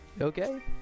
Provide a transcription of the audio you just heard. Okay